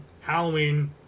halloween